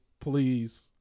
please